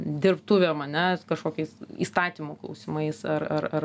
dirbtuvėm ane kažkokiais įstatymų klausimais ar ar ar